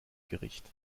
gericht